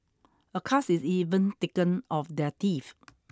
a cast is even taken of their teeth